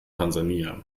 tansania